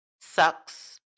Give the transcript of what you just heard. sucks